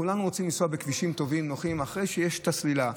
כולנו רוצים לנסוע בכבישים טובים ונוחים אחרי שעושים את הסלילה,